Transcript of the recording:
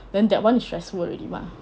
then that [one] is stressful already mah